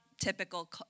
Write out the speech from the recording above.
Typical